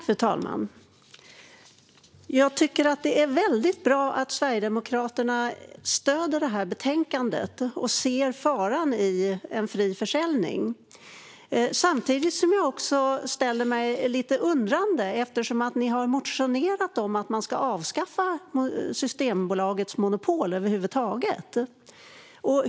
Fru talman! Jag tycker att det är väldigt bra att Sverigedemokraterna stöder betänkandet och ser faran i en fri försäljning. Samtidigt ställer jag mig lite undrande eftersom de har motionerat om att Systembolagets monopol ska avskaffas.